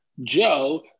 Joe